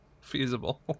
feasible